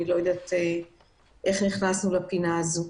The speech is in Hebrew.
אני לא יודעת איך נכנסנו לפינה הזאת.